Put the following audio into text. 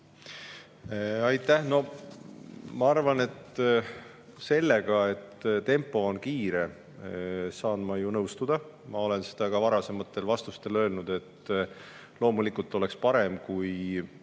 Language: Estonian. Aitäh! Ma arvan, sellega, et tempo on kiire, saan ma nõustuda. Ma olen seda ka varasemates vastustes öelnud. Loomulikult oleks parem, kui